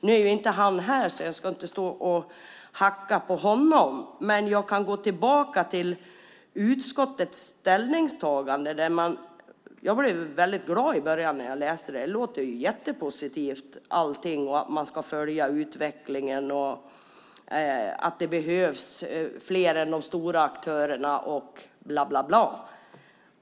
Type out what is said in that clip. Nu är statsrådet inte här, så jag ska inte stå och hacka på honom, men jag kan gå tillbaka till utskottets ställningstagande. Jag blev väldigt glad i början när jag läste det. Det låter jättepositivt allting - man ska följa utvecklingen, det behövs fler än de stora aktörerna och så vidare.